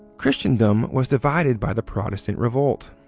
christendom was divided by the protestant revolt.